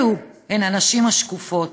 אלו הן הנשים השקופות.